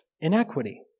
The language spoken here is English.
inequity